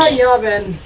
ah yeah eleven